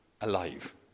alive